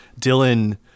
dylan